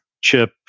chip